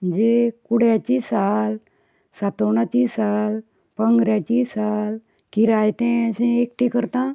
म्हणजे कुड्याची साल सातोणाची साल कोंगऱ्याची साल किरायतें अशें एकटें करता